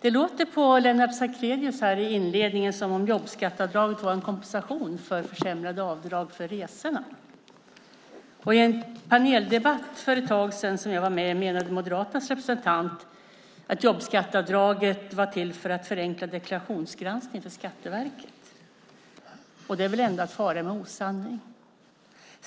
Det lät på Lennart Sacrédeus här i inledningen som om jobbskatteavdraget var en kompensation för försämrade avdrag för resor. Och i en paneldebatt som jag deltog i för ett tag sedan menade Moderaternas representant att jobbskatteavdraget är till för att förenkla deklarationsgranskningen för Skatteverket. Det är väl ändå att fara med osanning.